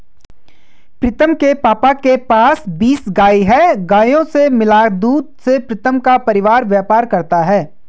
प्रीतम के पापा के पास बीस गाय हैं गायों से मिला दूध से प्रीतम का परिवार व्यापार करता है